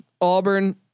Auburn